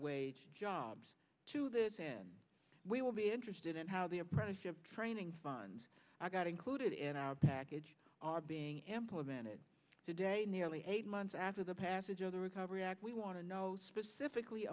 wage jobs to this end we will be interested in how the apprenticeship training funds i got included in our package are being implemented today nearly eight months after the passage of the recovery act we want to know specifically